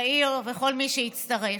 ליאיר ולכל מי שהצטרף.